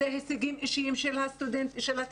זה הישגים אישיים של התלמידים,